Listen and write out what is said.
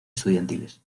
estudiantiles